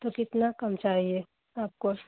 तो कितना कम चाहिए आपको